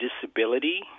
disability